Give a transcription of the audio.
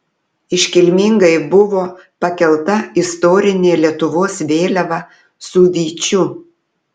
iškilmingai buvo pakelta istorinė lietuvos vėliava su vyčiu